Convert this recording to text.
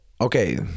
okay